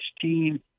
team